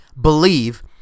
believe